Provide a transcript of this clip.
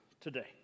today